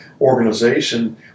organization